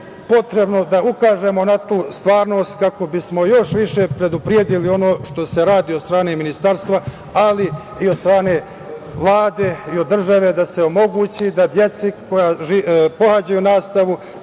potrebno da ukažemo na tu stvarnost kako bismo još više predupredili ono što se radi od strane ministarstva, ali i od strane Vlade i od države, da se omogući da deci koja pohađaju nastavu